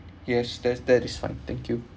yes that's that is fine thank you